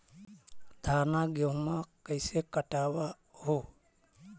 धाना, गेहुमा कैसे कटबा हू?